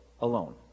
alone